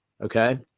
okay